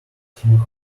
him